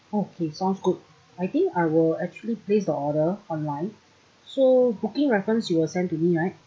okay sounds good I think I will actually place the order online so booking reference you will send to me right